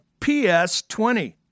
PS20